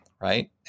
right